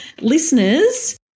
listeners